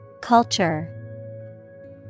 Culture